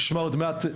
נשמע עוד מעט,